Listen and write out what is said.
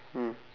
mm